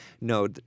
no